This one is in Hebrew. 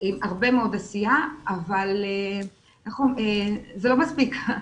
עם הרבה מאוד עשייה אבל זה לא מספיק.